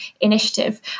initiative